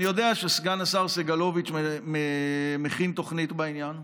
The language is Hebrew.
אני יודע שסגן השר סגלוביץ' מכין תוכנית בעניין,